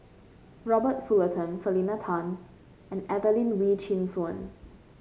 Robert Fullerton Selena Tan and Adelene Wee Chin Suan